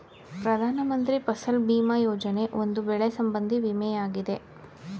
ಪ್ರಧಾನ ಮಂತ್ರಿ ಫಸಲ್ ಭೀಮಾ ಯೋಜನೆ, ಒಂದು ಬೆಳೆ ಸಂಬಂಧಿ ವಿಮೆಯಾಗಿದೆ